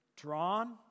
Drawn